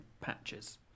patches